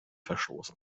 verstoßen